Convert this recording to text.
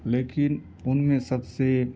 لیکن ان میں سب سے